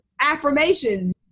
affirmations